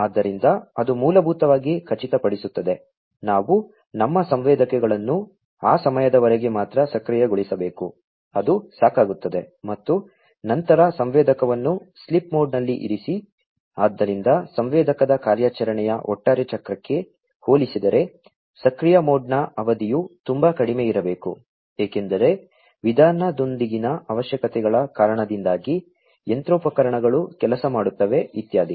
ಆದ್ದರಿಂದ ಇದು ಮೂಲಭೂತವಾಗಿ ಖಚಿತಪಡಿಸುತ್ತದೆ ನಾವು ನಮ್ಮ ಸಂವೇದಕಗಳನ್ನು ಆ ಸಮಯದವರೆಗೆ ಮಾತ್ರ ಸಕ್ರಿಯಗೊಳಿಸಬೇಕು ಅದು ಸಾಕಾಗುತ್ತದೆ ಮತ್ತು ನಂತರ ಸಂವೇದಕವನ್ನು ಸ್ಲೀಪ್ ಮೋಡ್ನಲ್ಲಿ ಇರಿಸಿ ಆದ್ದರಿಂದ ಸಂವೇದಕದ ಕಾರ್ಯಾಚರಣೆಯ ಒಟ್ಟಾರೆ ಚಕ್ರಕ್ಕೆ ಹೋಲಿಸಿದರೆ ಸಕ್ರಿಯ ಮೋಡ್ನ ಅವಧಿಯು ತುಂಬಾ ಕಡಿಮೆಯಿರಬೇಕು ಏಕೆಂದರೆ ವಿಧಾನದೊಂದಿಗಿನ ಅವಶ್ಯಕತೆಗಳ ಕಾರಣದಿಂದಾಗಿ ಯಂತ್ರೋಪಕರಣಗಳು ಕೆಲಸ ಮಾಡುತ್ತವೆ ಇತ್ಯಾದಿ